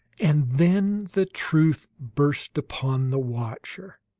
and then the truth burst upon the watcher.